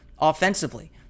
offensively